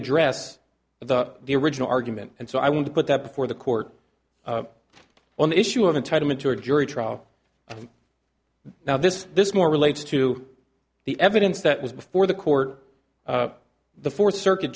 address the the original argument and so i would put that before the court on the issue of entitlement to a jury trial now this this more relates to the evidence that was before the court the fourth circuit